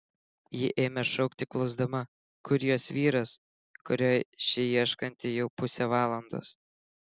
ji ėmė šaukti klausdama kur jos vyras kurio ši ieškanti jau pusę valandos